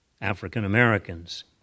African-Americans